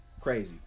crazy